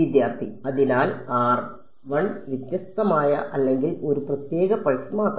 വിദ്യാർത്ഥി അതിനാൽ വ്യത്യസ്തമായ അല്ലെങ്കിൽ ഒരു പ്രത്യേക പൾസ് മാത്രം